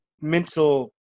mental